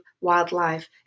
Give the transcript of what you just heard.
wildlife